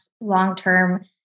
long-term